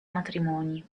matrimoni